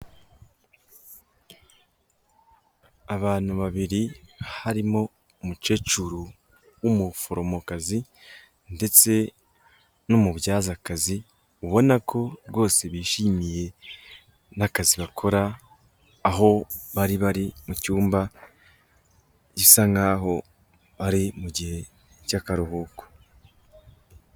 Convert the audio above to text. Abantu babiri harimo umukecuru w'umuforomokazi, ndetse n'umubyazakazi, ubona ko rwose bishimiye n'akazi bakora, aho bari bari mu cyumba gisa nkaho bari mu gihe cy'akaruhuko.